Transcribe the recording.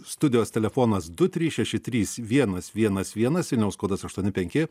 studijos telefonas du trys šeši trys vienas vienas vienas vilniaus kodas aštuoni penki